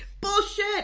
Bullshit